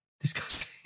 disgusting